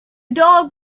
dog